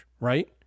right